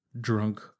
Drunk